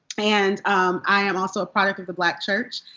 and i am also a product of the black church.